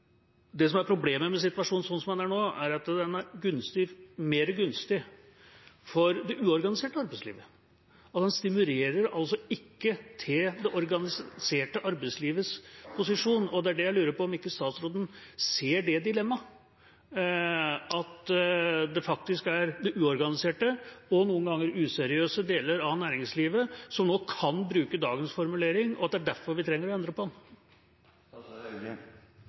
Det som er problemet med situasjonen sånn som den er nå, er at den er mer gunstig for det uorganiserte arbeidslivet. Den stimulerer altså ikke til det organiserte arbeidslivets posisjon, og jeg lurer på om ikke statsråden ser det dilemmaet at de uorganiserte, og noen ganger useriøse, delene av næringslivet nå kan bruke dagens formulering og at det er derfor vi trenger å endre på den.